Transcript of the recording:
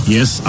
Yes